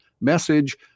message